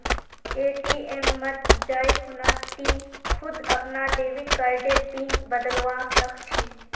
ATM मत जाइ खूना टी खुद अपनार डेबिट कार्डर पिन बदलवा सख छि